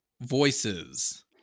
Voices